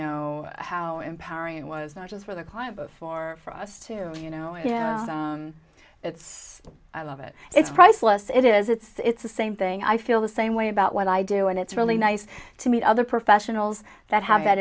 know how empowering it was not just for the client for us to you know it's i love it it's priceless it is it's the same thing i feel the same way about what i do and it's really nice to meet other professionals that have that